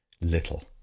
little